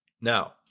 Now